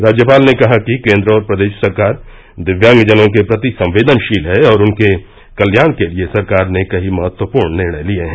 राज्यपाल ने कहा कि केन्द्र और प्रदेश सरकार दिव्यांग जनों के प्रति संवेदनशील है और उनके कल्याण के लिये सरकार ने कई महत्वपूर्ण निर्णय लिये हैं